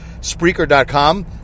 Spreaker.com